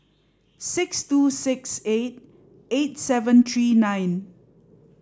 six two six eight eight seven three nine